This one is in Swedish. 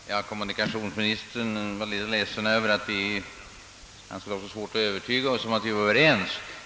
Herr talman! Kommunikationsministern var ledsen över att han skulle ha så svårt att övertyga oss om att vi är överens.